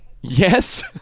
Yes